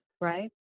right